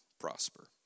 prosper